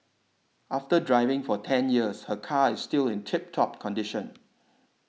after driving for ten years her car is still in tip top condition